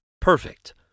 perfect